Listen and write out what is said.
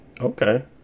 Okay